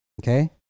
Okay